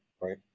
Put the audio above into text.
right